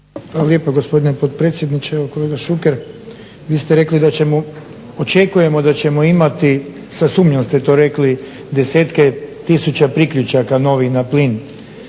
vi ste rekli da očekujemo da ćemo imati sa sumnjom ste to rekli, desetke tisuća priključaka novih na plin.